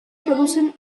producen